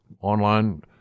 online